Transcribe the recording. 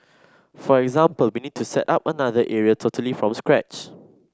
for example we need to set up another area totally from scratch